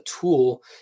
tool